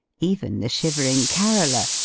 even the shivering caroller,